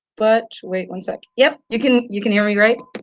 but wait one sec, yep, you can you can hear me right?